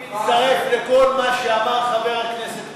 אני מצטרף לכל מה שאמר חבר הכנסת כהן.